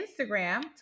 Instagram